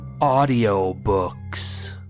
audiobooks